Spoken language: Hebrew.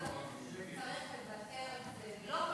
צריך לוותר על זה,